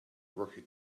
rocky